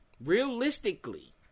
realistically